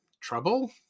Trouble